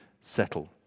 settle